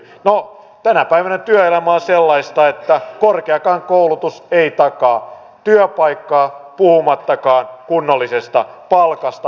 no tänä päivänä työelämä on sellaista että korkeakaan koulutus ei takaa työpaikkaa kunnollisesta palkasta puhumattakaan